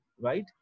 Right